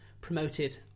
promoted